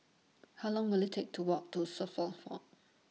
How Long Will IT Take to Walk to Suffolk